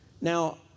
Now